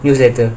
news letter